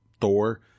Thor